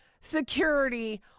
security